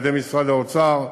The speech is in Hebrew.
על-ידי משרד האוצר,